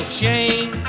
shame